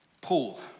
Paul